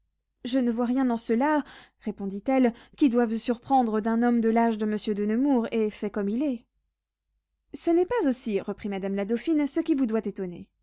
je ne vois rien en cela répondit-elle qui doive surprendre d'un homme de l'âge de monsieur de nemours et fait comme il est ce n'est pas aussi reprit madame la dauphine ce qui vous doit étonner